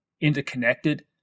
interconnected